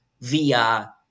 via